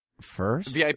First